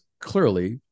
clearly